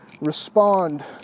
respond